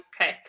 Okay